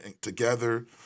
together